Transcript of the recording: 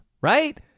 right